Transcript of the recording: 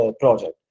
project